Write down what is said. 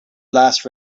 last